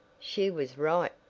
she was right,